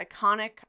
iconic